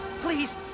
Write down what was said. please